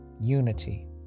unity